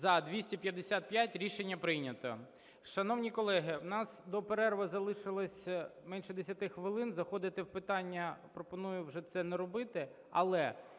За-255 Рішення прийнято. Шановні колеги, у нас до перерви залишилось менше 10 хвилин, заходити в питання… пропоную вже це не робити. Але